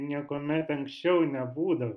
niekuomet anksčiau nebūdavo